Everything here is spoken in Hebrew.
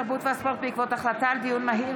התרבות והספורט בעקבות דיון מהיר